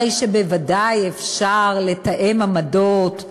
הרי שבוודאי אפשר לתאם עמדות,